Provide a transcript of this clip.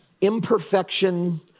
imperfection